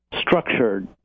structured